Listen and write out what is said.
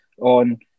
on